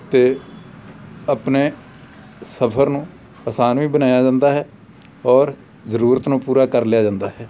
ਅਤੇ ਆਪਣੇ ਸਫ਼ਰ ਨੂੰ ਆਸਾਨ ਵੀ ਬਣਾਇਆ ਜਾਂਦਾ ਹੈ ਔਰ ਜ਼ਰੂਰਤ ਨੂੰ ਪੂਰਾ ਕਰ ਲਿਆ ਜਾਂਦਾ ਹੈ